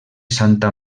santa